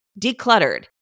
decluttered